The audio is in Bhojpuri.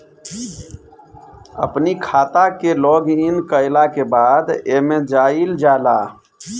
अपनी खाता के लॉगइन कईला के बाद एमे जाइल जाला